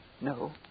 No